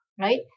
right